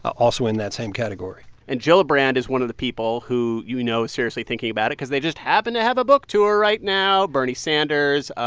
also in that same category and gillibrand is one of the people who you know is seriously thinking about it because they just happen to have a book tour right now bernie sanders,